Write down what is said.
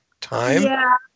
time